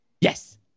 Yes